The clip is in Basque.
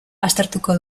aztertuko